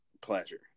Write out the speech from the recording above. pleasure